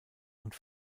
und